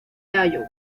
iowa